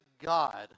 God